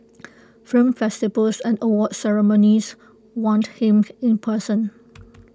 film festivals and awards ceremonies want him in person